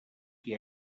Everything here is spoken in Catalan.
qui